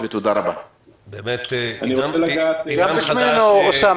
באמת כל הכבוד ותודה רבה.